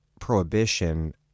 prohibition